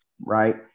right